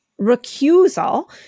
recusal